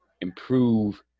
improve